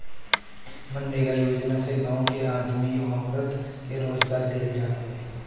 मनरेगा योजना से गांव के आदमी औरत के रोजगार देहल जात हवे